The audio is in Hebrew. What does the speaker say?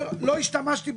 יש הסכם,